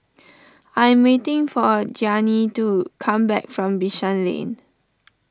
I am waiting for a Gianni to come back from Bishan Lane